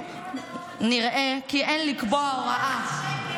ברור לי,